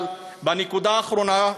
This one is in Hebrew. אבל, בנקודה האחרונה,